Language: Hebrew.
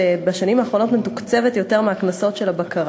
ובשנים האחרונות מתוקצבת יותר מהקנסות של הבקרה.